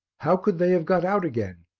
how could they have got out again?